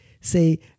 say